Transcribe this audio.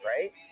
right